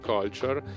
Culture